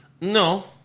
No